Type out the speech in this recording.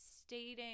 stating